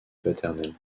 paternel